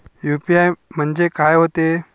UPI म्हणजे का होते?